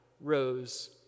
rose